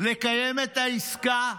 לקיים את העסקה,